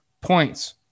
points